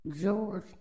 George